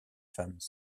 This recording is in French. femmes